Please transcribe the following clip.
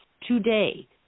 today